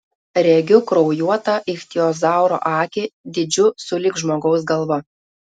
regiu kraujuotą ichtiozauro akį dydžiu sulig žmogaus galva